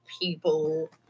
people